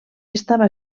estava